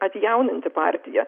atjauninti partiją